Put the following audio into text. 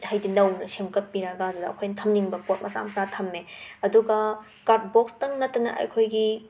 ꯍꯥꯏꯗꯤ ꯅꯧꯅ ꯁꯦꯝꯒꯠꯄꯤꯔꯒ ꯑꯗꯨꯗ ꯑꯩꯈꯣꯏꯅ ꯊꯝꯅꯤꯡꯕ ꯄꯣꯠ ꯃꯆꯥ ꯃꯆꯥ ꯊꯝꯃꯦ ꯑꯗꯨꯒ ꯀꯥꯔꯠꯕꯣꯛꯁꯇꯪ ꯅꯠꯇꯅ ꯑꯩꯈꯣꯏꯒꯤ